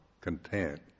content